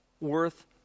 worth